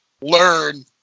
learn